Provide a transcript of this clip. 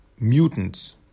mutants